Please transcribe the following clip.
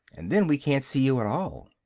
and then we can't see you at all.